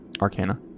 Arcana